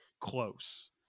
close